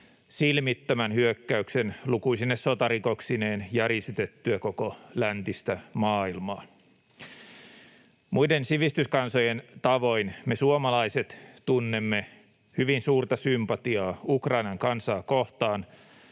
silmittömän hyökkäyksen lukuisine sotarikoksineen järisytettyä koko läntistä maailmaa. Muiden sivistyskansojen tavoin me suomalaiset tunnemme hyvin suurta sympatiaa Ukrainan kansaa kohtaan